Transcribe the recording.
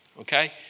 okay